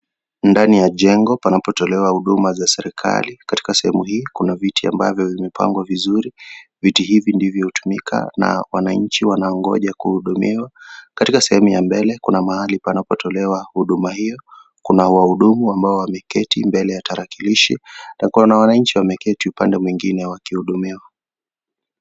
Ndani ya jengo, panapotolewa huduma za serikali. Katika sehemu hii, kuna viti ambavyo vimepangwa vizuri. Viti hivi ndivyo hutumika na wananchi wanaongoja kuhudumiwa. Katika sehemu ya mbele, kuna mahali panapotolewa huduma hiyo. Kuna wahudumu ambao wameketi mbele ya tarakilishi na kuna wananchi wameketi upande mwingine wakihudumiwa.